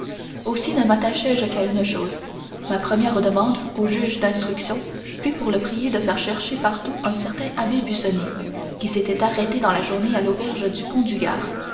aussi ne mattachai je qu'à une chose ma première demande au juge d'instruction fut pour le prier de faire chercher partout un certain abbé busoni qui s'était arrêté dans la journée à l'auberge du pont du gard si